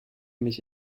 mich